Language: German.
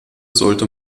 sollte